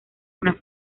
una